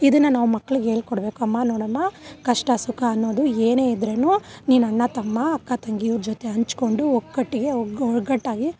ಇದನ್ನ ನಾವು ಮಕ್ಳಿಗೆ ಹೇಳ್ಕೊಡ್ಬೇಕು ಅಮ್ಮ ನೋಡಮ್ಮ ಕಷ್ಟ ಸುಖ ಅನ್ನೋದು ಏನೇ ಇದ್ರೂ ನೀನು ಅಣ್ಣ ತಮ್ಮ ಅಕ್ಕ ತಂಗೀರ ಜೊತೆ ಹಂಚ್ಕೊಂಡು ಒಗ್ಗಟ್ಟಿಗೆ ಒಗ್ಗು ಒಗ್ಗಟ್ಟಾಗಿ